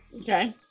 Okay